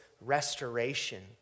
restoration